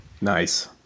Nice